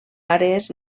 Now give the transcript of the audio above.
àrees